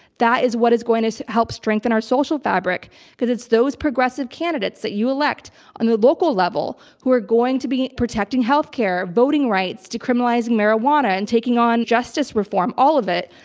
that is what is going to help strengthen our social fabric because it's those progressive candidates that you elect on the local level who are going to be protecting healthcare, voting rights, decriminalizing marijuana, and taking on justice reform. all of it.